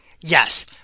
Yes